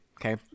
okay